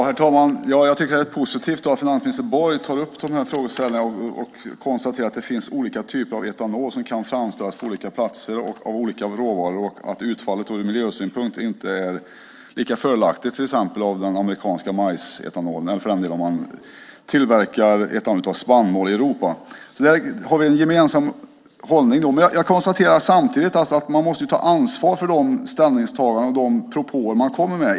Herr talman! Det är positivt att finansminister Borg tar upp de här frågeställningarna och konstaterar att det finns olika typer av etanol som kan framställas på olika platser och av olika råvaror och att utfallet av den amerikanska majsetanolen ur miljösynpunkt inte är lika fördelaktigt, eller för den delen om man tillverkar etanol av spannmål i Europa. Där har vi en gemensam hållning. Samtidigt måste man ta ansvar för de ställningstaganden och de propåer man kommer med.